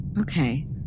Okay